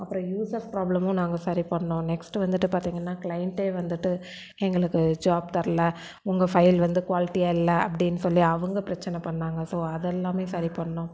அப்புறம் யூசர்ஸ் ப்ராப்ளமும் நாங்கள் சரி பண்ணோம் நெக்ஸ்ட் வந்துட்டு பார்த்திங்கன்னா கிளைண்ட்டே வந்துட்டு எங்களுக்கு ஜாப் தரல உங்கள் ஃபைல் வந்து குவாலிட்டியாக இல்லை அப்படின்னு சொல்லி அவங்க பிரச்சனை பண்ணாங்கள் ஸோ அதெல்லாமே சரி பண்ணோம்